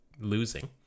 losing